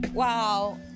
Wow